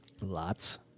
Lots